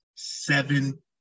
seven